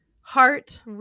heart